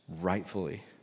rightfully